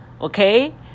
okay